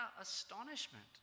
astonishment